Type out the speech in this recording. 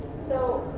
so